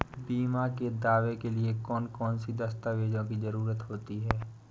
बीमा के दावे के लिए कौन कौन सी दस्तावेजों की जरूरत होती है?